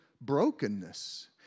brokenness